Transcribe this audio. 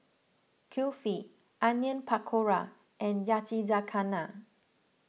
Kulfi Onion Pakora and Yakizakana